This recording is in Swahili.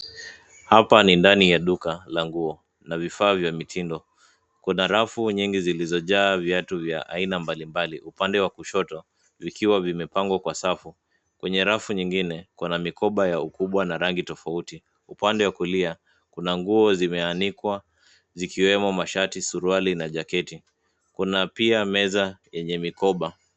Hapa ni ndani ya duka la nguo na vifaa vya mitindo. Kuna rafu nyingi zilizojaa viatu vya aina mbali mbali upande wa kushoto vikiwa vimepangwa kwa safu. Kwenye rafu nyingine kuna mikoba ya ukubwa na rangi tofauti. Upande wa kulia kuna nguo zimeanikwa zikiwemo mashati, suruali na jaketi, kuna pia meza yenye mikoba.